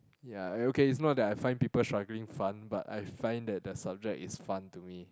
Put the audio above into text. ya uh okay it's not that I find people struggling fun but I find that the subject is fun to me